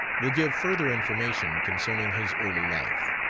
will give further information concerning his early life